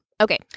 Okay